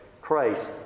Christ